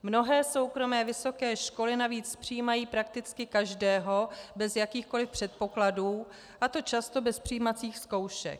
Mnohé soukromé vysoké školy navíc přijímají prakticky každého bez jakýchkoliv předpokladů, a to často bez přijímacích zkoušek.